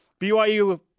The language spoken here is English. BYU